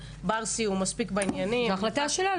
לשר --- זו החלטה שלה.